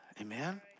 Amen